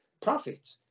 profit